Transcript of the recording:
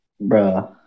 bro